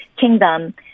Kingdom